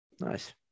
nice